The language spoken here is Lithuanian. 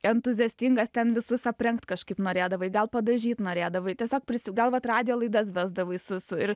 entuziastingas ten visus aprengt kažkaip norėdavai gal padažyt norėdavai tiesiog prisi gal vat radijo laidas vesdavai su su ir